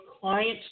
clients